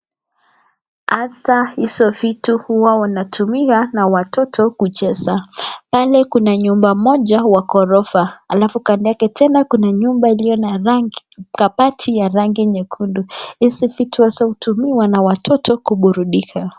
Hasa hizo vitu huwa unatumia na watoto kucheza. Mbele kuna nyumba moja wa gorofa. Halafu kando yake tena kuna nyumba yiliyo na mabati ya rangi nyekundu. Hizi vitu hutumiwa na watoto kuburudika.